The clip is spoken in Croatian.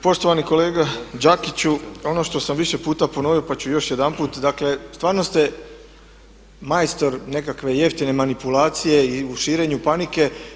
Poštovani kolega Đakiću ono što sam više puta ponovio pa ću još jedanput, dakle stvarno ste majstor nekakve jeftine manipulacije i u širenju panike.